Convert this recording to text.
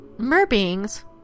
Mer-beings